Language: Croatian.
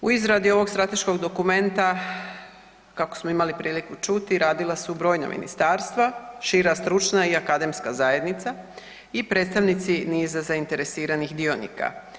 U izradi ovog strateškog dokumenta kako smo imali priliku čuti radili su brojna ministarstva, šira stručna i akademska zajednica i predstavnici niza zainteresiranih dionika.